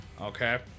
Okay